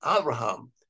Abraham